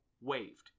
waved